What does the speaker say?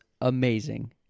amazing